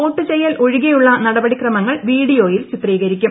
vote ചെയ്യൽ ഒഴികെയുള്ള നടപടിക്രമങ്ങൾ വീഡിയോയിൽ ചിത്രീകരിക്കും